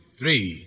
three